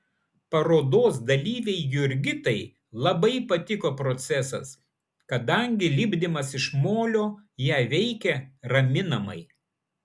parodos dalyvei jurgitai labai patiko procesas kadangi lipdymas iš molio ją veikė raminamai